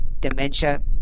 dementia